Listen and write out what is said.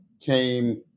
came